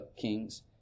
kings